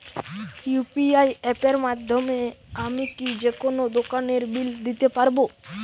UPI অ্যাপের মাধ্যমে আমি কি যেকোনো দোকানের বিল দিতে পারবো?